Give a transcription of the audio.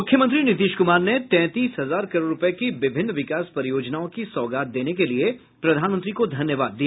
मुख्यमंत्री नीतीश कुमार ने तैंतीस हजार करोड़ रूपये की विभिन्न विकास परियोजनाओं की सौगात देने के लिए प्रधानमंत्री को धन्यवाद दिया